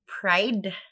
pride